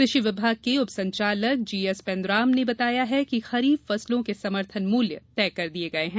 कृषि विभाग के उपसंचालक जीएस पेंद्राम ने बताया कि खरीफ फसलों के समर्थन मूल्य तय कर दिये गये हैं